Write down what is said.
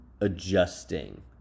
adjusting